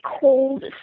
cold